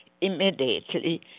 immediately